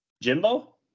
Jimbo